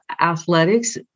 athletics